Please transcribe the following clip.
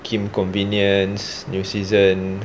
kim's convenience new season